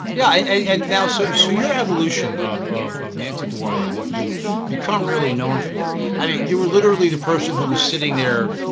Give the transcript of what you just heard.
yeah and now so so your evolution of of nancy duarte what you've become really known for. i mean you were literally the person who is sitting there,